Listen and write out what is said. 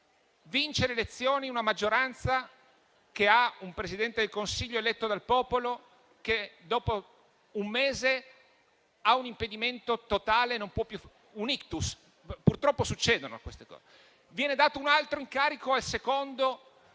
vince le elezioni una maggioranza che ha un Presidente del Consiglio eletto dal popolo, che dopo un mese ha un impedimento totale, come un ictus. Purtroppo succede. Viene dato un altro incarico al secondo,